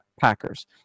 Packers